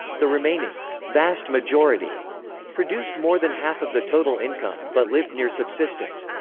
the remaining vast majority produced more than half of the total income, but lived near subsistence.